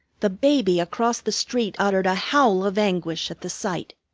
the baby across the street uttered a howl of anguish at the sight.